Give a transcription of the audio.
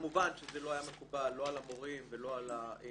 כמובן שזה לא היה מקובל לא על המורים ולא על ההורים.